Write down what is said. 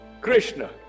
Krishna